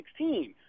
2016